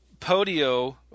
Podio